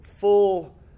full